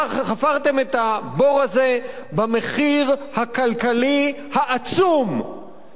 חפרתם את הבור הזה במחיר הכלכלי העצום של